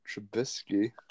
Trubisky